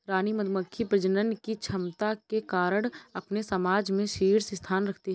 रानी मधुमक्खी प्रजनन की क्षमता के कारण अपने समाज में शीर्ष स्थान रखती है